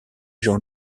jean